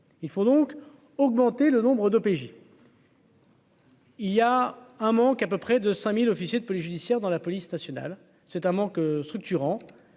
il faut donc augmenter le nombre de pays. Il y a un manque à peu près de 5000 officiers de police judiciaire dans la police nationale c'est amant que structurant